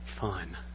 fun